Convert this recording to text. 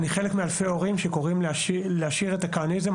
אני חלק מאלפי הורים שקוראים להשאיר את הכהניזם,